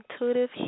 Intuitive